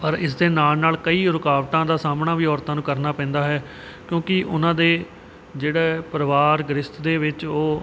ਪਰ ਇਸ ਦੇ ਨਾਲ ਨਾਲ ਕਈ ਰੁਕਾਵਟਾਂ ਦਾ ਸਾਹਮਣਾ ਵੀ ਔਰਤਾਂ ਨੂੰ ਕਰਨਾ ਪੈਂਦਾ ਹੈ ਕਿਉਂਕਿ ਉਹਨਾਂ ਦੇ ਜਿਹੜਾ ਪਰਿਵਾਰ ਗ੍ਰਹਿਸਥ ਦੇ ਵਿੱਚ ਉਹ